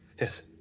Yes